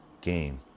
game